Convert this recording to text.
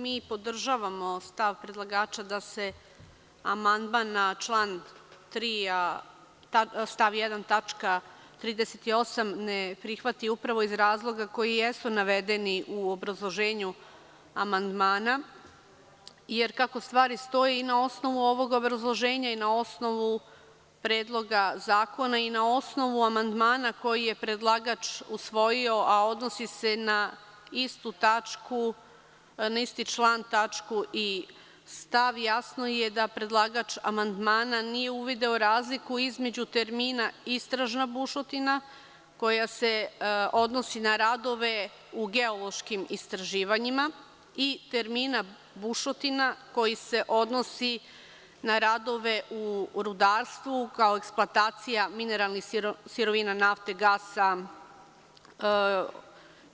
Mi podržavamo stav predlagača da se amandman na član 3. stav 1. tačka 38. ne prihvati upravo iz razloga koji jesu navedeni u obrazloženju amandmana, jer kako stvari stoje i na osnovu ovog obrazloženja i na osnovu predloga zakona i na osnovu amandmana koji je predlagač usvojio, a odnosi se na istu tačku, na isti član i stav, jasno je da predlagač amandmana nije uvideo razliku između termina „istražna bušotina“ koja se odnosi na radove i geološkim istraživanjima i termina „bušotina“ koji se odnosi na radove u rudarstvu kao eksploatacija mineralnih sirovina, nafte, gasa